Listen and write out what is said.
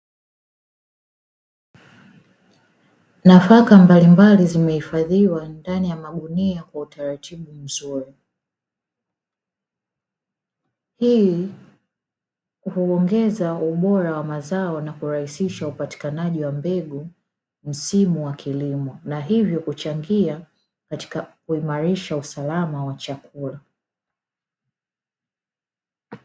Nafaka mbalimbali zimehifadhiwa ndani ya magunia kwa utaratibu mzuri, hii huongeza ubora wa mazao na kurahisisha upatikanaji wa mbegu msimu wa kilimo na hivyo kuchangia katika kuimarisha usalama wa chakula.